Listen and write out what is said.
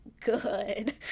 good